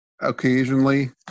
occasionally